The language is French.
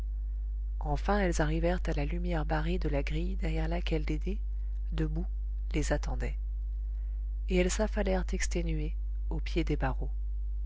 enfin elles arrivèrent à la lumière barrée de la grille derrière laquelle dédé debout les attendait et elles s'affalèrent exténuées au pied des barreaux